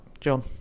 John